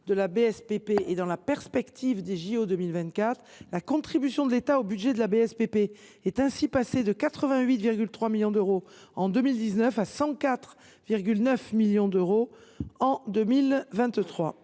de la BSPP et dans la perspective des jeux Olympiques 2024, la contribution de l’État au budget de la BSPP est ainsi passée de 88,3 millions d’euros en 2019 à 104,9 millions d’euros en 2023.